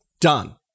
Done